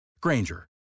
Granger